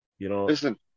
Listen